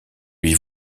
lui